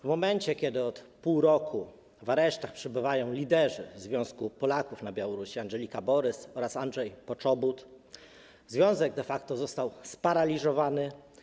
W momencie, kiedy od pół roku w aresztach przebywają liderzy Związku Polaków na Białorusi Andżelika Borys oraz Andrzej Poczobut, związek de facto jest sparaliżowany.